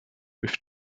with